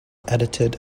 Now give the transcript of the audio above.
edited